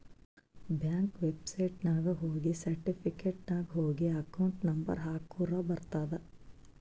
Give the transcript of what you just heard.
bank ವೆಬ್ಸೈಟ್ನಾಗ ಹೋಗಿ certificate ನಾಗ್ ಹೋಗಿ ಅಕೌಂಟ್ ನಂಬರ್ ಹಾಕುರ ಬರ್ತುದ್